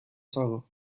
cerveau